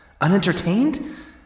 Unentertained